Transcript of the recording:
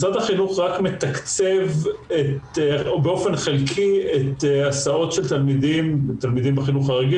משרד החינוך רק מתקצב באופן חלקי הסעות של תלמידים בחינוך הרגיל